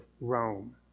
Rome